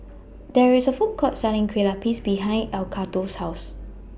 There IS A Food Court Selling Kue Lupis behind Edgardo's House